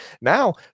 now